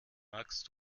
magst